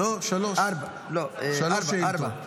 ארבע, ארבע.